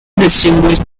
distinguished